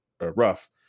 rough